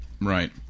Right